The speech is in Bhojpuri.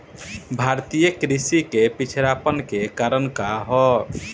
भारतीय कृषि क पिछड़ापन क कारण का ह?